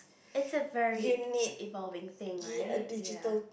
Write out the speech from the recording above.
it's a very evolving thing right ya